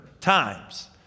times